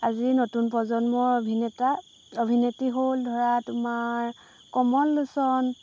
আজি নতুন প্ৰজন্মৰ অভিনেতা অভিনেত্ৰী হ'ল ধৰা তোমাৰ কমল লোচন